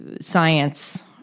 science